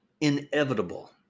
inevitable